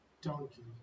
donkey